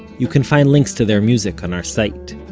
you can find links to their music on our site.